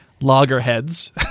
loggerheads